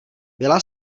byla